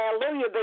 Hallelujah